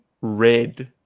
red